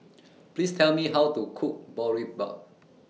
Please Tell Me How to Cook Boribap